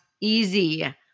easy